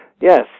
Yes